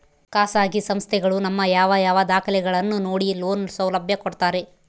ಖಾಸಗಿ ಸಂಸ್ಥೆಗಳು ನಮ್ಮ ಯಾವ ಯಾವ ದಾಖಲೆಗಳನ್ನು ನೋಡಿ ಲೋನ್ ಸೌಲಭ್ಯ ಕೊಡ್ತಾರೆ?